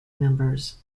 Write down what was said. members